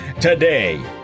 Today